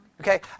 Okay